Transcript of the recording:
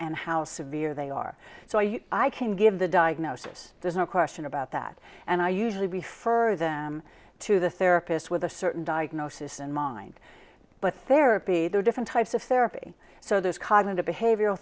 and how severe they are so i can give the diagnosis there's no question about that and i usually refer them to the therapist with a certain diagnosis in mind but therapy there are different types of therapy so there's cognitive behavioral